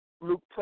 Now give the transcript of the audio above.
Luke